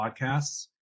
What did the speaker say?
podcasts